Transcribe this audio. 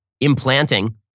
implanting